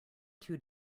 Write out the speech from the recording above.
two